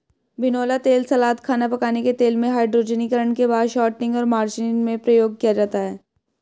बिनौला तेल सलाद, खाना पकाने के तेल में, हाइड्रोजनीकरण के बाद शॉर्टनिंग और मार्जरीन में प्रयोग किया जाता है